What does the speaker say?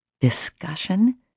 Discussion